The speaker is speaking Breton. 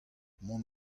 mont